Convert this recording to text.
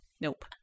Nope